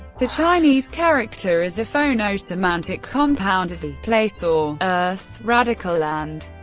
the chinese character is a phono-semantic compound of the place or earth radical and,